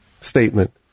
statement